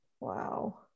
Wow